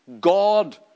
God